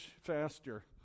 faster